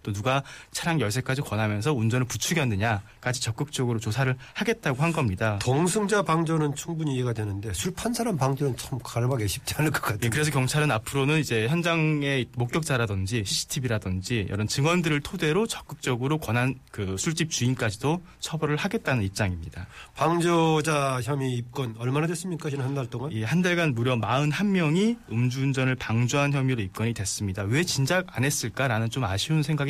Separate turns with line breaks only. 또 누가 차량 열쇠까지 권하면서 운전을 부추겼느냐까지 적극적으로 조사를 하겠다고 한 겁니다.
동승자 방조는 충분히 이해가 되는데 술 판 사람 방조는 참 가늠하기 쉽지 않을 것
네,
같은데.
그래서 경찰은 앞으로는 이제 현장의 목격자라든지 CCTV라든지 이런 증언들을 토대로 적극적으로 권한 그 술집 주인까지도 처벌을 하겠다는 입장입니다.
방조자 혐의 입건 얼마나 됐습니까? 지난 한 달 동안?
예, 한 달간 무려 41명이 음주운전을 방조한 혐의로 입건이 됐습니다. 왜 진작 안 했을까라는 좀 아쉬운 생각이